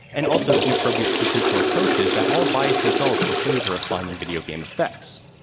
and also inappropriate statistical approaches that all biased results in favor of finding video game effects.